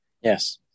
Yes